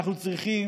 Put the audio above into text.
אנחנו צריכים,